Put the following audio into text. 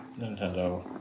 nintendo